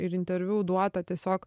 ir interviu duota tiesiog